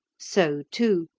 so, too,